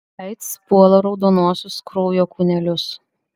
aids puola raudonuosius kraujo kūnelius